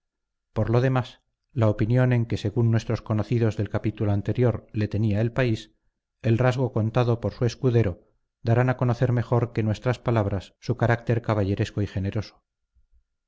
por lo demás la opinión en que según nuestros conocidos del capítulo anterior le tenía el país el rasgo contado por su escudero darán a conocer mejor que nuestras palabras su carácter caballeresco y generoso